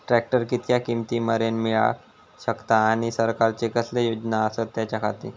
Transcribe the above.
Tractor कितक्या किमती मरेन मेळाक शकता आनी सरकारचे कसले योजना आसत त्याच्याखाती?